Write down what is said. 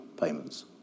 payments